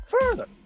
further